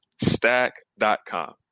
stack.com